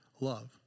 love